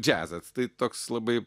džiazas tai toks labai